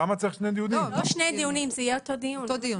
זה לא שני דיונים, זה יהיה אותו דיון.